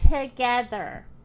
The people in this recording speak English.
together